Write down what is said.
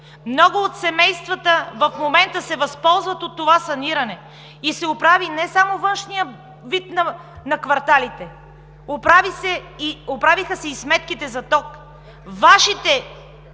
Много от семействата в момента се възползват от това саниране. Оправи се не само външният вид на кварталите, оправиха се сметките за ток.